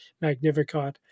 Magnificat